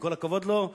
עם כל הכבוד לו,